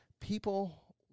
people